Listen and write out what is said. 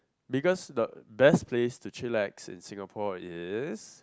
because the best place do you like in Singapore is